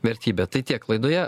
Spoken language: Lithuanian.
vertybė tai tiek laidoje